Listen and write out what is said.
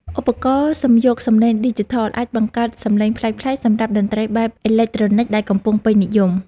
ឧបករណ៍សំយោគសំឡេងឌីជីថលអាចបង្កើតសំឡេងប្លែកៗសម្រាប់តន្ត្រីបែបអេឡិចត្រូនិកដែលកំពុងពេញនិយម។